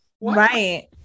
Right